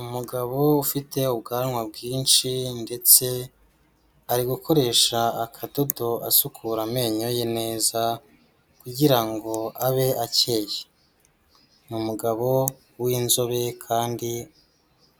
Umugabo ufite ubwanwa bwinshi ndetse ari gukoresha akadodo asukura amenyo ye neza kugira ngo abe acyeye, ni umugabo w'inzobe kandi